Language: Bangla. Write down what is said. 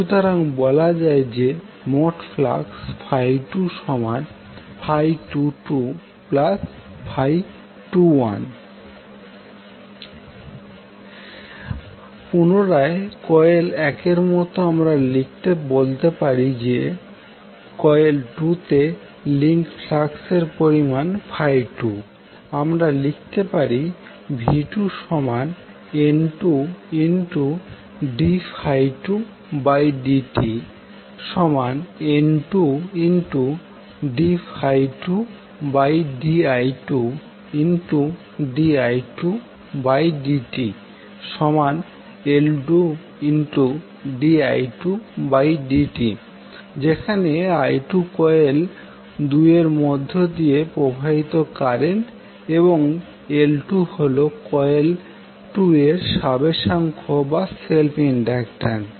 সুতরাং বলা যায় যে মোট ফ্লাক্স 22221 পুনরায় কয়েল 1এর মত আমরা বলতে পারি কয়েল 2তে লিংকড ফ্লাক্স এর পরিমাণ 2 আমরা লিখতে পারি v2N2d2dtN2d2di2di2dtL2di2dt যেখানে i2কয়েল 2 এর মধ্য দিয়ে প্রবাহিত কারেন্ট এবং L2হল কয়েল 2 এর স্বাবেশাঙ্ক বা সেলফ ইন্ডাক্টান্স